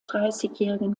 dreißigjährigen